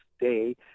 Day